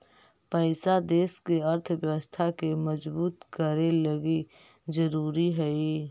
पैसा देश के अर्थव्यवस्था के मजबूत करे लगी ज़रूरी हई